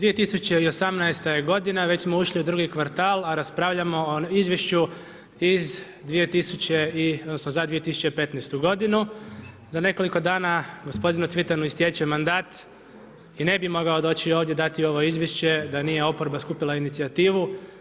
2018. je godina, već smo ušli u drugi kvartal, a raspravljamo o izvješću iz, odnosno, za 2015. g. Za nekoliko dana gospodinu Cvitanu istječe mandat i ne bi mogao doći ovdje, dati ovo izvješće da nije oporba skupila inicijativu.